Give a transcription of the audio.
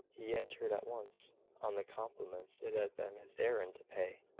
he entered at once on the compliments it had been his errand to pay,